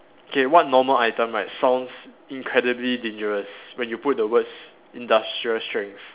okay what normal item right sounds incredibly dangerous when you put the words industrial strength